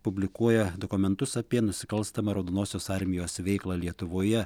publikuoja dokumentus apie nusikalstamą raudonosios armijos veiklą lietuvoje